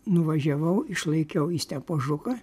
nuvažiavau išlaikiau į stepo žuko